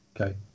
Okay